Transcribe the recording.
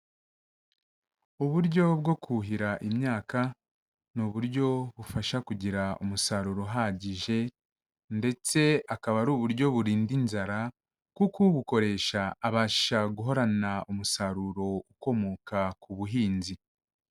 Uburyo bwo kuhira imyaka, ni uburyo bufasha kugira umusaruro uhagije ndetse akaba ari uburyo burinda inzara, kuko ubukoresha abasha guhorana umusaruro ukomoka ku buhinzi.